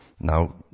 now-